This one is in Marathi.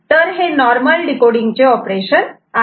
तर हे नॉर्मल डिकोडिंग चे ऑपरेशन आहे